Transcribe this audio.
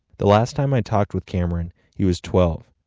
the last time i talked with cameron he was twelve.